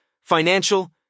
financial